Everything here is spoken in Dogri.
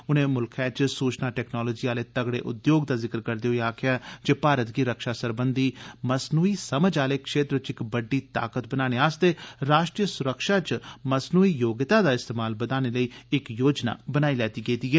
उनें म्ल्खै च सूचना टैक्नालोजी आले तगड़े उद्योग दा जिक्र करदे होई आक्खेया जे भारत गी रक्षा सरबंधी मसनूई समझ अकल आले क्षेत्र च इक बड्डी ताकत बनाने आस्तै राष्ट्री स्रक्षा च मसनूई योग्यता दा इस्तेमाल बदाने लेई इक योजना बनाई लैती गेदी ऐ